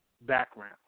background